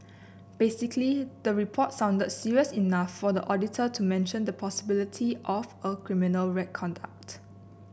basically the report sounded serious enough for the auditor to mention the possibility of a criminal conduct